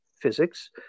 Physics